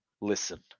Listen